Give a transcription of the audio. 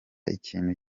ikintu